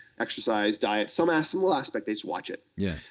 exercise, diet, some ah some ah aspect, they just watch it. yeah.